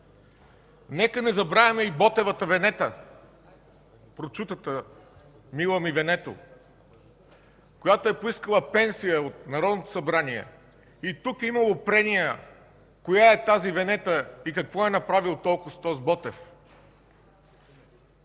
Нека не забравяме и Ботевата Венета – прочутата „Мила ми, Венето”, която е поискала пенсия от Народното събрание. И тук е имало прения коя е тази Венета и какво е направил толкоз тоз Ботев.